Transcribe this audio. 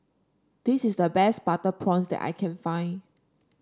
this is the best Butter Prawns that I can find